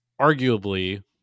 arguably